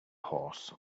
horse